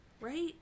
right